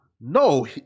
No